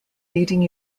leading